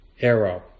arrow